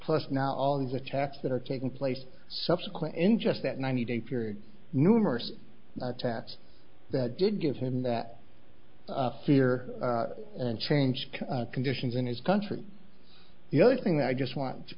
plus now all these attacks that are taking place subsequent in just that ninety day period numerous attacks that did give him that fear and change conditions in his country the other thing that i just want to